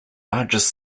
largest